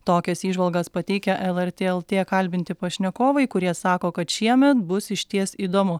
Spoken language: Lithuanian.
tokias įžvalgas pateikia lrt lt kalbinti pašnekovai kurie sako kad šiemet bus išties įdomu